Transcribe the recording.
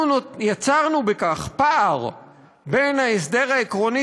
אנחנו יצרנו בכך פער בין ההסדר העקרוני